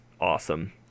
awesome